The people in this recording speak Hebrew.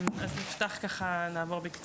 אז נעבור בקצרה.